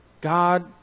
God